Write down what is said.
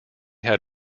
had